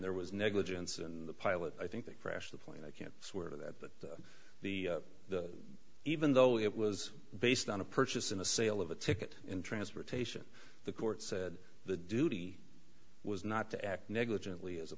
there was negligence in the pilot i think that crashed the plane i can't swear to that but the the even though it was based on a purchase in a sale of a ticket in transportation the court said the duty was not to act negligently as a